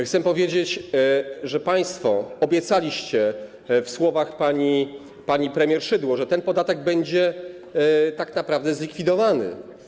Chcę powiedzieć, że państwo obiecaliście słowami pani premier Szydło, że ten podatek będzie tak naprawdę zlikwidowany.